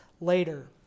later